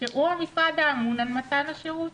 שהוא המשרד האמון על מתן השירות.